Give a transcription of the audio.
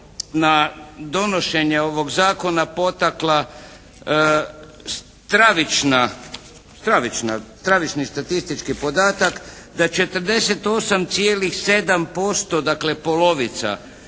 na donošenje ovog zakona potakla stravični statistički podataka da 48,7% dakle polovica